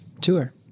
tour